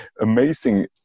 amazing